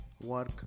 work